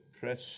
press